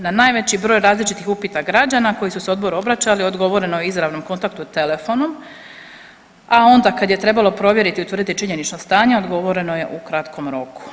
Na najveći broj različitih upita građana koji su se odboru obraćali odgovoreno je u izravnom kontaktu telefonom, a onda kad je trebalo provjeriti, utvrditi činjenično stanje odgovoreno je u kratkom roku.